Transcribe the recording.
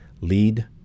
lead